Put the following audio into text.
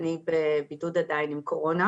אני עדיין בבידוד עם קורונה.